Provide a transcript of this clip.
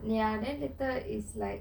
ya then later is like